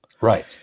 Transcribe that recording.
Right